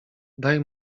daj